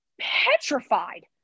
petrified